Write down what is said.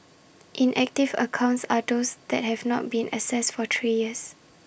inactive accounts are those that have not been accessed for three years